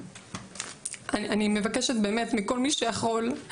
אני מבקשת באמת מכל מי שיכול,